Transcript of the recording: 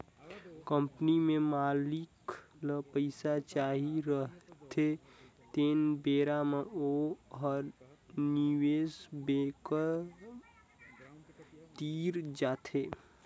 company में मालिक ल पइसा चाही रहथें तेन बेरा म ओ ह निवेस बेंकर तीर जाथे